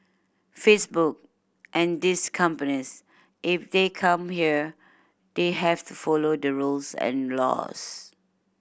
Facebook and these companies if they come here they have to follow the rules and laws